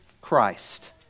Christ